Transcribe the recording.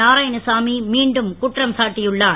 நாராயணசாமி மீண்டும் குற்றம் சாட்டியுள்ளார்